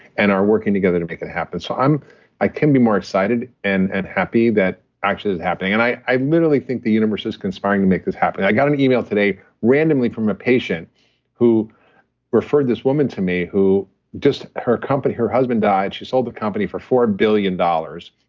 and are working together to make it happen. so, i can be more excited and and happy that actually is happening, and i i literally think the universe is conspiring to make this happen. i got an email today randomly from a patient who referred this woman to me who just her company, her husband died. she sold the company for four billion dollars,